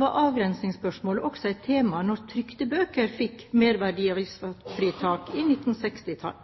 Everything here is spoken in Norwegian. var avgrensningsspørsmålet også et tema da trykte bøker fikk merverdiavgiftsfritak